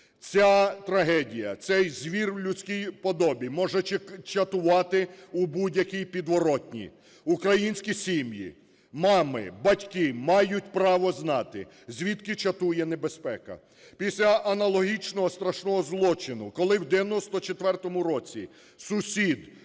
Ця трагедія, цей звір в людській подобі може чатувати у будь-якій підворотні. Українські сім'ї, мами, батьки мають право знати, звідки чатує небезпека. Після аналогічного страшного злочину, коли в 94-му році сусід